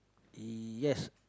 yes